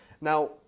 Now